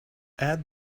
add